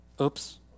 Oops